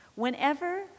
Whenever